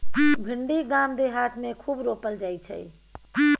भिंडी गाम देहात मे खूब रोपल जाई छै